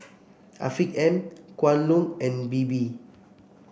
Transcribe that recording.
Afiq M Kwan Loong and Bebe